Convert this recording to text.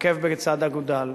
עקב בצד אגודל.